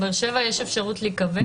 בבאר שבע יש אפשרות להיקבר?